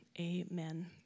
amen